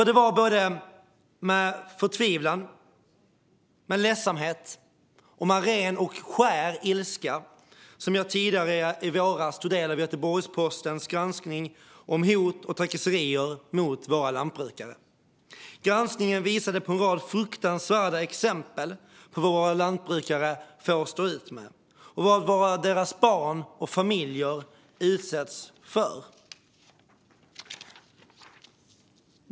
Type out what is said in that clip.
Det var med förtvivlan, ledsamhet och ren och skär ilska som jag tidigare i vår tog del av Göteborgspostens granskning av hot och trakasserier mot våra lantbrukare. Granskningen visade på en rad fruktansvärda exempel på vad våra lantbrukare får stå ut med och på vad deras barn och familjer utsätts för.